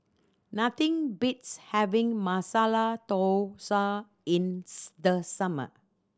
nothing beats having Masala Dosa in the summer